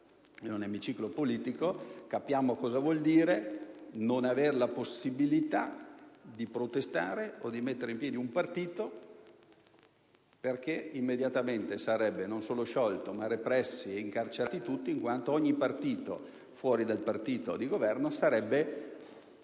in un emiciclo politico e capiamo cosa vuol dire non avere la possibilità di protestare o di mettere in piedi un partito perché immediatamente sarebbe non solo sciolto, ma repressi e incarcerati i suoi esponenti, in quanto ogni partito fuori di quello di Governo sarebbe